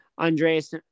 Andreas